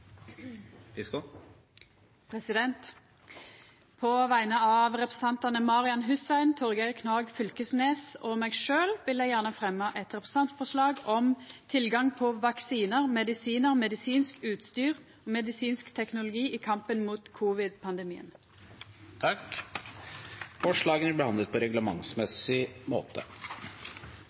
På vegner av representantane Marian Hussein, Torgeir Knag Fylkesnes og meg sjølv vil eg gjerne fremja eit representantforslag om tilgang på vaksinar, medisinar, medisinsk utstyr og medisinsk teknologi i kampen mot covid-pandemien. Forslagene vil bli behandlet på reglementsmessig måte.